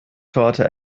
torte